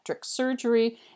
surgery